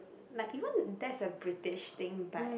like even that's a British thing but